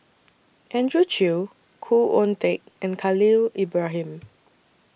Andrew Chew Khoo Oon Teik and Khalil Ibrahim